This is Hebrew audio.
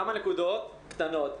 כמה נקודות קטנות.